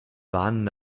warnen